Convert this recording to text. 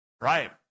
Right